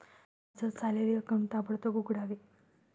माझं salary account ताबडतोब उघडावे